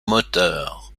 moteur